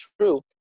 true